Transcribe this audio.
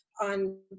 on